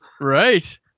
Right